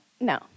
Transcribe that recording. No